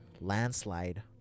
Landslide